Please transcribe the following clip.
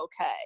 okay